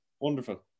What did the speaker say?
Wonderful